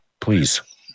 please